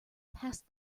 past